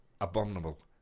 abominable